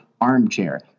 armchair